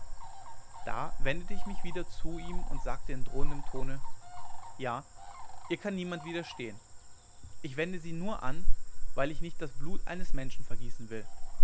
da wendete ich mich ihm wieder zu und sagte in drohendem tone ja ihr kann niemand widerstehen ich wende sie nur an weil ich nicht das blut eines menschen vergießen will